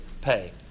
pay